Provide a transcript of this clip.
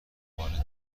بار